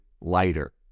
lighter